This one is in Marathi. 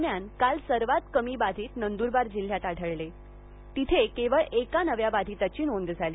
दरम्यान काल सर्वांत कमी बाधित नंदुरबार जिल्ह्यात आढळले तिथे केवळ एका नव्या बाधितांची नोंद झाली